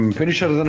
finisher